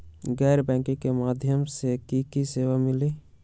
गैर बैंकिंग के माध्यम से की की सेवा मिली?